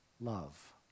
love